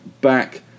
back